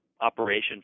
operation